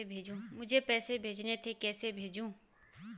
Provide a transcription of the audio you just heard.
मुझे पैसे भेजने थे कैसे भेजूँ?